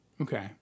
Okay